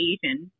Asian